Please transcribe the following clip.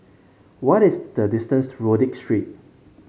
what is the distance to Rodyk Street